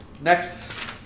next